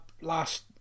last